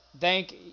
Thank